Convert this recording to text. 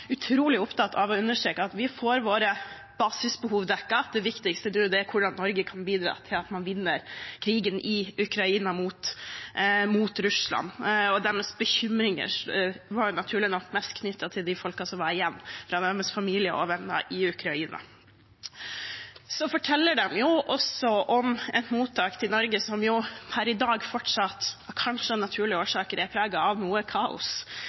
utrolig opptatt av å understreke at de får deres basisbehov dekket, og at det viktigste nå er hvordan Norge kan bidra til at man vinner krigen i Ukraina mot Russland. Deres bekymringer var naturlig nok mest knyttet til de folkene som var igjen, av deres familie og venner i Ukraina. De fortalte også om et mottak i Norge som per i dag fortsatt er preget av noe kaos – kanskje av naturlige